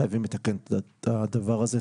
חייבים לתקן את הדבר הזה.